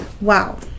Wow